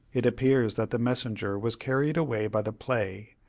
it appears that the messenger was carried away by the play,